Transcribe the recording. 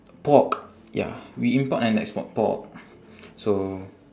pork ya we import and export pork so